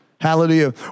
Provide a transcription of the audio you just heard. Hallelujah